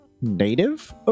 native